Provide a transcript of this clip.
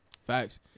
Facts